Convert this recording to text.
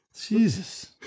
Jesus